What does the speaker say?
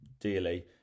dearly